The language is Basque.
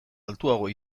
altuagoa